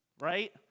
right